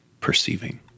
perceiving